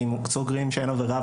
אם סוגרים כשאין עבירה,